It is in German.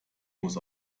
muss